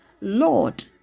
Lord